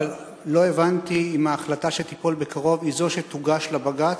אבל לא הבנתי אם ההחלטה שתיפול בקרוב היא זו שתוגש לבג"ץ,